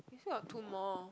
we still got two more